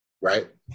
right